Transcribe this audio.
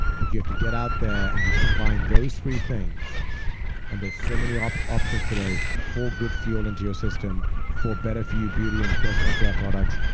but you have to get out there. and you combine those three things and there's so many ah but options today for good fuel into your system, for better-for-you beauty and personal care products,